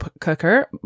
cooker